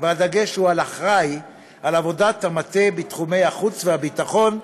והדגש הוא על "אחראי" לעבודת המטה בתחומי החוץ והביטחון,